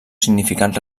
significat